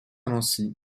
nancy